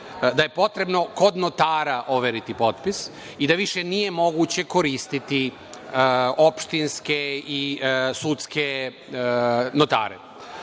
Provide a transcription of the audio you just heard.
izbore potrebno kod notara overiti potpis i da više nije moguće koristiti opštinske i sudske notare,